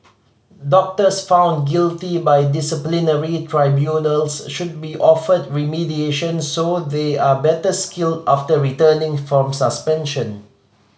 doctors found guilty by disciplinary tribunals should be offered remediation so they are better skilled after returning from suspension